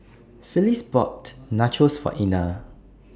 Phyliss bought Nachos For Ina